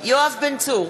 יואב בן צור,